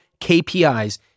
KPIs